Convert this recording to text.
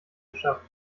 geschafft